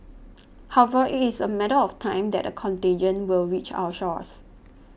however it is a matter of time that a contagion will reach our shores